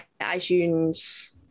iTunes